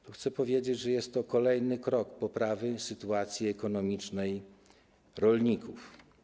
Tu chcę powiedzieć, że jest to kolejny krok w kierunku poprawy sytuacji ekonomicznej rolników.